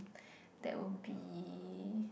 that will be